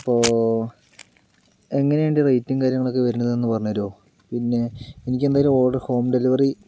അപ്പോൾ എങ്ങനെയുണ്ട് റേറ്റും കാര്യങ്ങളും ഒക്കെ വരുന്നത് പിന്നെ എനിക്ക് എന്തായാലും ഓർഡർ ഹോം ഡെലിവറി